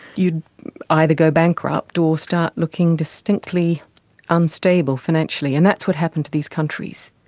you'd either go bankrupt or start looking distinctly unstable financially. and that's what happened to these countries.